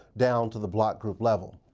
down to the block group level.